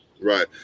right